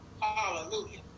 Hallelujah